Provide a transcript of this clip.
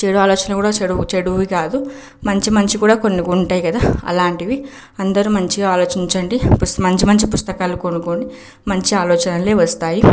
చెడు ఆలోచనలు కూడా చెడువి చెడువి కాదు మంచి మంచివి కూడా కొన్ని ఉంటాయి కదా అలాంటివి అందరూ మంచిగా ఆలోచించండి పుస్ మంచి మంచి పుస్తకాలు కొనుక్కోండి మంచి ఆలోచనలే వస్తాయి